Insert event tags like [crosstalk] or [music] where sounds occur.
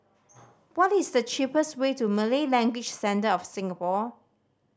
[noise] what is the cheapest way to Malay Language Centre of Singapore